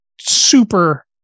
super